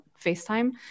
FaceTime